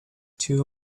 too